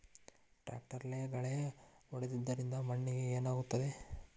ಟ್ರಾಕ್ಟರ್ಲೆ ಗಳೆ ಹೊಡೆದಿದ್ದರಿಂದ ಮಣ್ಣಿಗೆ ಏನಾಗುತ್ತದೆ?